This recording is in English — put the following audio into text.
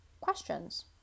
questions